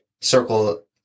circle